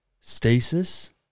stasis